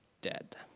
dead